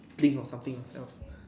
think of something yourself